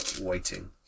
waiting